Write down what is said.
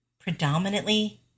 predominantly